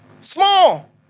Small